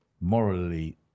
morally